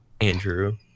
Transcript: Andrew